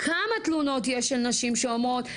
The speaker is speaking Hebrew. כמה תלונות יש על נשים שאומרות,